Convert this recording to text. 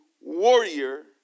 warrior